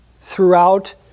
throughout